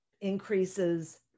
increases